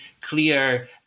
clear